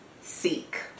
seek